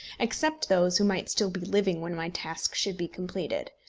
except those who might still be living when my task should be completed.